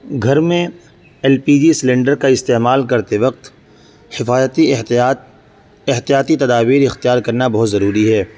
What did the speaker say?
گھر میں L P G cylinder کا استعمال کرتے وقت حفاظتی احتیاط احتیاطی تدابیر اختیار کرنا بہت ضروری ہے